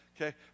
Okay